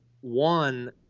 one